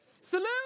Salute